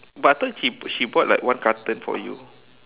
but I thought she she bought like one carton for you